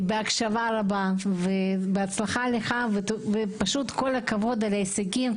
בהקשבה רבה ובהצלחה לך ופשוט כל הכבוד על ההישגים.